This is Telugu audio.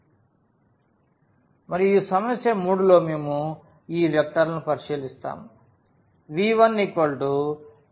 మరియు మరియు ఈ సమస్య 3 లో మేము ఈ వెక్టర్లను పరిశీలిస్తాము